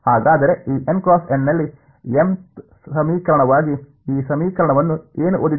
ಹಾಗಾದರೆ ಈ ನಲ್ಲಿ mth ಸಮೀಕರಣವಾಗಿ ಈ ಸಮೀಕರಣವನ್ನು ಏನು ಓದಿದೆ